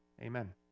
Amen